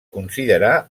considerar